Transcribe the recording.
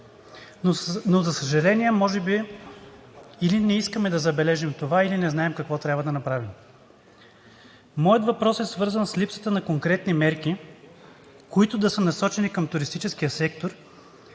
но, за съжаление, може би или не искаме да забележим това, или не знаем какво трябва да направим. Моят въпрос е свързан с липсата на конкретни мерки, които да са насочени към туристическия сектор,